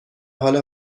حال